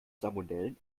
salmonellen